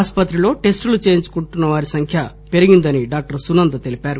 ఆస్పత్రిలో టెస్టులు చేయించుకుంటున్న వారిసంఖ్య పెరిగిందని డాక్టర్ సునంద తెలిపారు